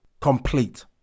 Complete